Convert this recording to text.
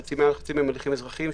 חציים אזרחיים,